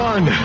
One